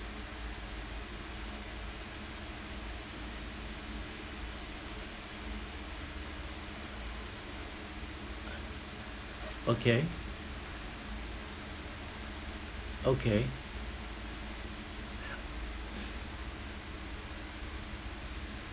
okay okay